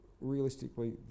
Realistically